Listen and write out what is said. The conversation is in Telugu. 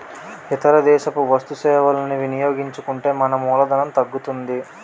ఇతర దేశపు వస్తు సేవలని వినియోగించుకుంటే మన మూలధనం తగ్గుతుంది